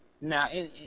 Now